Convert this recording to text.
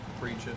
preaching